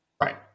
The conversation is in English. right